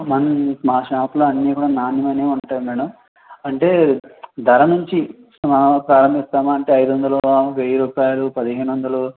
one మా షాప్లో అన్నీ కూడా నాణ్యమైనవే ఉంటాయి మేడం అంటే ధర నుంచి ప్రారంభిస్తామంటే ఐదు వందలు వెయ్యి రూపాయిలు పదిహేను వందలు